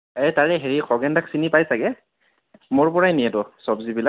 এই তাৰে হেৰি খগেন দাক চিনি পাই চাগৈ মোৰ পৰাই নিয়েতো চবজিবিলাক